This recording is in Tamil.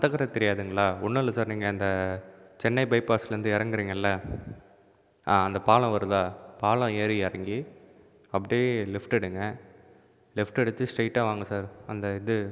மந்தகரை தெரியாதுங்களா ஒன்னுல்லை சார் நீங்கள் சென்னை பைபாஸ்லேருந்து இறங்குறீங்கள்லை அந்த பாலம் வருதா பாலம் ஏறி இறங்கி அப்படியே லெஃப்ட் எடுங்கள் லெஃப்ட் எடுத்து ஸ்ட்ரெய்ட்டாக வாங்க சார் அந்த இது